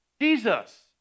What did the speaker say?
Jesus